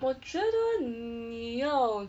我觉得你要